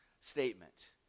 statement